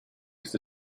ist